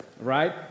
right